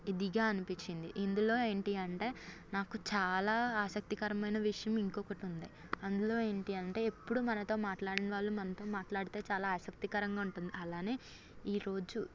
ఇదిగా అనిపించింది అని ఇందులో ఏంటి అంటే నాకు చాలా ఆసక్తికరమైన విషయం ఇంకొకటి ఉంది అందులో ఏంటి అంటే ఎప్పుడు మనతో మాట్లాడని వాళ్ళు మనతో మాట్లాడితే చాలా ఆసక్తికరంగా ఉంటుంది అలానే ఈ రోజు